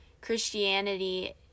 Christianity